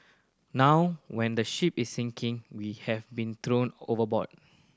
now when the ship is sinking we have been thrown overboard